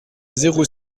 zéro